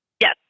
Yes